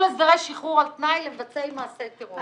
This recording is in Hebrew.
הסדרי שחרור על-תנאי למבצעי מעשי טרור".